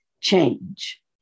change